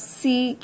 see